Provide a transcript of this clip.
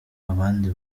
abandi